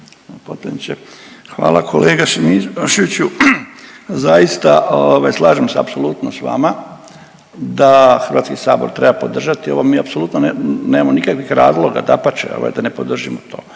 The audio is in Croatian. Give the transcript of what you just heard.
hvala kolega Šimičeviću, zaista ovaj slažem se apsolutno s vama da Hrvatski sabor treba podržati ovo. Mi apsolutno nemamo nikakvih razloga, dapače ovaj da ne